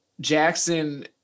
Jackson